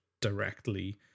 directly